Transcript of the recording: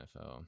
nfl